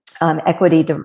equity